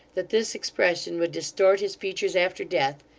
that this expression would distort his features after death,